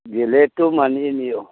গেলে একটু মানিয়ে নিও